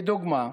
לדוגמה,